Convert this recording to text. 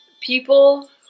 people